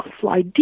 fly